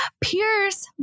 pierce